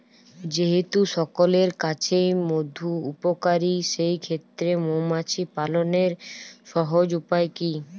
যেহেতু সকলের কাছেই মধু উপকারী সেই ক্ষেত্রে মৌমাছি পালনের সহজ উপায় কি?